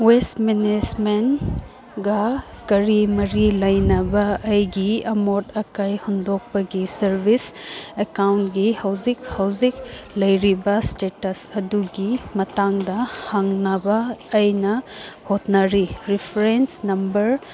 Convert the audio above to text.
west ꯃꯦꯅꯦꯁꯃꯦꯟꯒ ꯀꯔꯤ ꯃꯔꯤ ꯂꯩꯅꯕ ꯑꯩꯒꯤ ꯑꯃꯣꯠ ꯑꯀꯥꯏ ꯍꯨꯟꯗꯣꯛꯄꯒꯤ ꯁꯥꯔꯕꯤꯁ ꯑꯦꯀꯥꯎꯟꯒꯤ ꯍꯧꯖꯤꯛ ꯍꯧꯖꯤꯛ ꯂꯩꯔꯤꯕ ꯁ꯭ꯇꯦꯇꯁ ꯑꯗꯨꯒꯤ ꯃꯇꯥꯡꯗ ꯍꯪꯅꯕ ꯑꯩꯅ ꯍꯣꯠꯅꯔꯤ ꯔꯤꯐ꯭ꯔꯦꯟꯁ ꯅꯝꯕꯔ